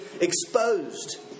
exposed